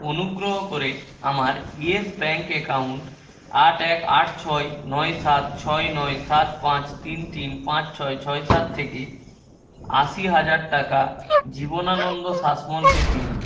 অনুগ্রহ করে আমার ইয়েস ব্যাঙ্ক অ্যাকাউন্ট আট এক আট ছয় নয় সাত ছয় নয় সাত পাঁচ তিন তিন পাঁচ ছয় ছয় সাত থেকে আশি হাজার টাকা জীবনানন্দ শাসমলকে দিন